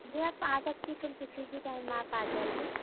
جی آپ آ سکتی پھر کسی بھی ٹائم آپ آ جائیے